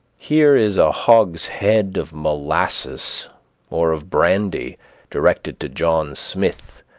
here is a hogshead of molasses or of brandy directed to john smith,